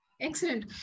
Excellent